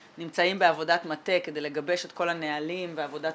נמצאים בעבודת מטה כדי לגבש את כל הנהלים ועבודת